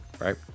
Right